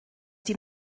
die